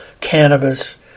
cannabis